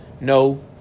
no